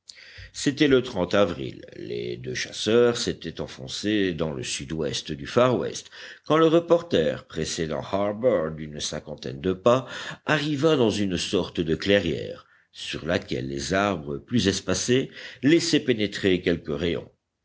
c'était le avril les deux chasseurs s'étaient enfoncés dans le sud-ouest du far west quand le reporter précédant harbert d'une cinquantaine de pas arriva dans une sorte de clairière sur laquelle les arbres plus espacés laissaient pénétrer quelques rayons